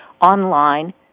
online